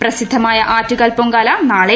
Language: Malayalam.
പ്രസിദ്ധമായ ആറ്റുകാൽ പൊങ്കാല നാളെ